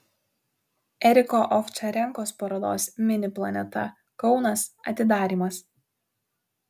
eriko ovčarenkos parodos mini planeta kaunas atidarymas